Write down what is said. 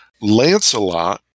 Lancelot